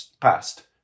past